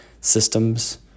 systems